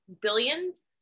billions